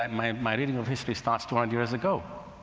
um my my reading of history starts two hundred years ago.